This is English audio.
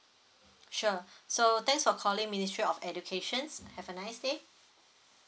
sure so thanks for calling ministry of educations have a nice day